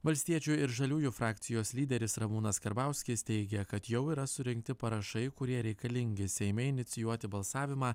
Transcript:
valstiečių ir žaliųjų frakcijos lyderis ramūnas karbauskis teigia kad jau yra surinkti parašai kurie reikalingi seime inicijuoti balsavimą